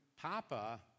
Papa